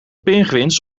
pinguïns